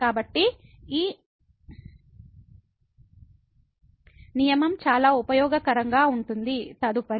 కాబట్టి ఈ నియమం చాలా ఉపయోగకరంగా ఉంటుంది